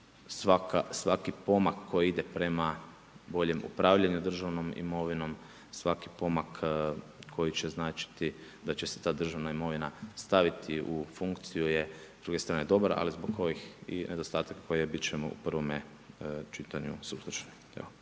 svaki pomak koji ide prema boljem upravljanju državnom imovinom, svaki pomak koji će značiti da će se ta državna imovina staviti u funkciju je s druge strane dobar, ali zbog kojih i nedostatak bit ćemo u prvome čitanju suzdržani.